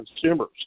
consumers